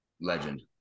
Legend